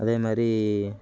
அதே மாரி